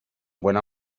buena